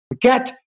Get